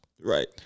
Right